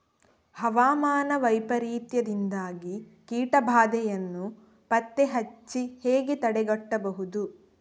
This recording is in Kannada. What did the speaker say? ಹವಾಮಾನ ವೈಪರೀತ್ಯದಿಂದಾಗಿ ಕೀಟ ಬಾಧೆಯನ್ನು ಪತ್ತೆ ಹಚ್ಚಿ ಹೇಗೆ ತಡೆಗಟ್ಟಬಹುದು?